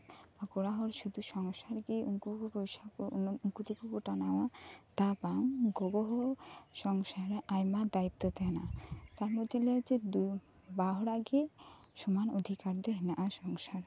ᱠᱚᱲᱟ ᱦᱚᱲ ᱥᱩᱫᱩ ᱥᱚᱝᱥᱟᱨ ᱜᱮ ᱩᱱᱠᱩ ᱠᱚ ᱯᱚᱭᱥᱟ ᱠᱚ ᱩᱱᱠᱩ ᱛᱮᱜᱮ ᱠᱚ ᱴᱟᱱᱟᱣᱟ ᱛᱟ ᱵᱟᱝ ᱜᱚᱜᱚ ᱦᱚᱸ ᱥᱚᱝᱥᱟᱨ ᱨᱮ ᱟᱭᱢᱟ ᱫᱟᱭᱤᱛᱛᱚ ᱛᱟᱦᱮᱸᱱᱟ ᱛᱟᱨ ᱢᱚᱫᱽᱫᱷᱮᱧ ᱞᱟᱹᱭᱟ ᱡᱮ ᱫᱩ ᱵᱟᱨ ᱦᱚᱲᱟᱜ ᱜᱮ ᱥᱚᱢᱟᱱ ᱚᱫᱷᱤᱠᱟᱨ ᱫᱚ ᱦᱮᱱᱟᱜᱼᱟ ᱥᱚᱝᱥᱟᱨ ᱨᱮ